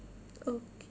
okay